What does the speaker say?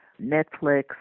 Netflix